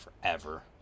forever